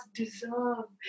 deserve